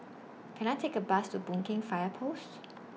Can I Take A Bus to Boon Keng Fire Post